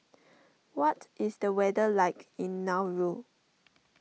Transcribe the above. what is the weather like in Nauru